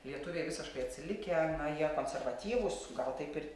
lietuviai visiškai atsilikę na jie konservatyvūs gal taip ir